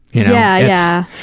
yeah, yeah.